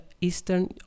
Eastern